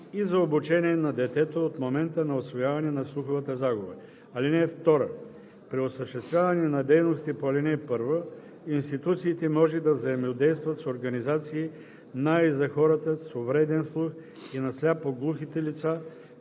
и за обучение на детето от момента на установяване на слуховата загуба. (2) При осъществяване на дейностите по ал. 1 институциите може да взаимодействат с организации на и за хората с увреден слух и на сляпо-глухите лица,